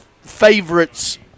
favorites